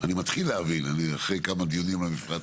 אני מתחיל להבין אחרי כמה דיונים על מפרץ